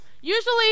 Usually